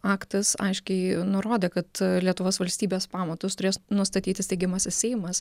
aktas aiškiai nurodė kad lietuvos valstybės pamatus turės nustatyti steigiamasis seimas